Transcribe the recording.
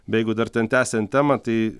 jeigu dar ten tęsiant temą tai